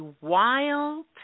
wild